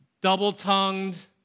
double-tongued